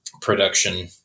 production